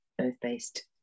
earth-based